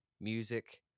music